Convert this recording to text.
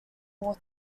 war